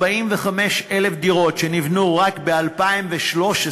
45,000 דירות שנבנו רק ב-2013,